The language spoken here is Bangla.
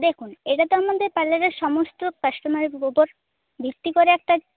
দেখুন এটা তো আমাদের পার্লারের সমস্ত কাস্টমারের উপর ভিত্তি করে একটা